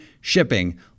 shipping